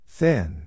thin